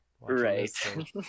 right